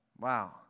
Wow